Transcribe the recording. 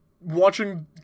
watching